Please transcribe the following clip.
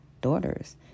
daughters